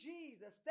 Jesus